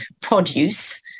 produce